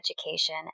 education